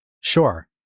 Sure